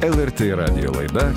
lrt radijo laida